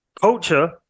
culture